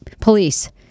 police